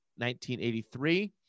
1983